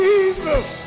Jesus